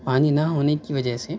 پانی نہ ہونے کی وجہ سے